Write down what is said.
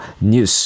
news